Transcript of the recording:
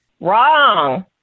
Wrong